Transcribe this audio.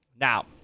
Now